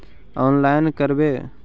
Online करवे?